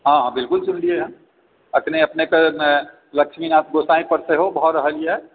हँ हँ बिल्कुल सुनलियै हँ अखने तऽ लक्ष्मीनाथ गोसाइ पर सेहो भऽ रहल यऽ